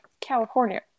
california